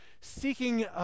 seeking